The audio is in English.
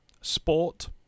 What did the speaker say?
Sport